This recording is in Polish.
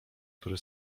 który